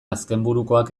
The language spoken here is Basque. azkenburukoak